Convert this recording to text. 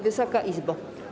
Wysoka Izbo!